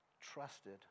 trusted